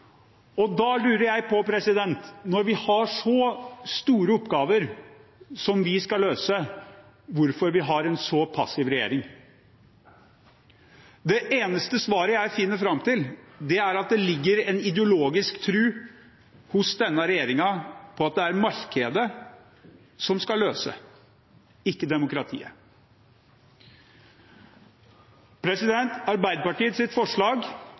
samfunnsproblemene. Da lurer jeg på, når vi har så store oppgaver som vi skal løse, hvorfor vi har en så passiv regjering. Det eneste svaret jeg finner fram til, er at det hos denne regjeringen ligger en ideologisk tro på at det er markedet som skal løse det, ikke demokratiet. Arbeiderpartiets forslag